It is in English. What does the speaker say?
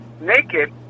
naked